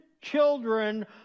children